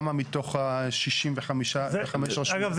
כמה מתוך ה-65 רשויות --- אגב,